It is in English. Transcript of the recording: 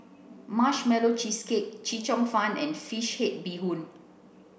Marshmallow Cheesecake Chee Cheong fun and fish head bee hoon